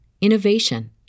innovation